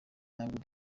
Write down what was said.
ntabwo